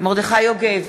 מרדכי יוגב,